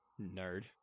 Nerd